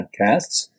podcasts